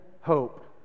hope